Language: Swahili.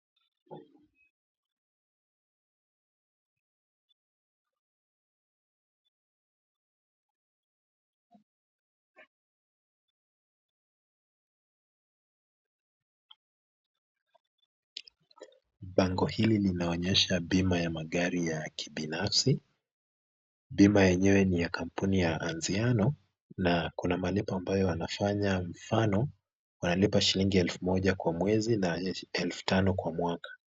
Bango hili linaonyesha bima ya magari ya kibinafsi. Bima yenyewe ni ya kampuni ya Anziano na inaonyesha malipo ambayo wanafanya kwa mfano wanalipa shilingi elfu moja kwa mwezi na elfu tano kwa mwaka.